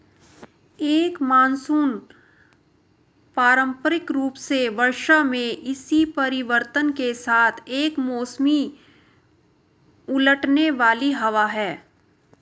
एक मानसून पारंपरिक रूप से वर्षा में इसी परिवर्तन के साथ एक मौसमी उलटने वाली हवा है